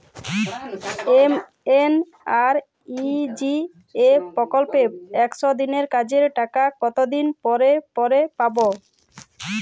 MNREGA প্রকল্পে একশ দিনের কাজের টাকা কতদিন পরে পরে পাব?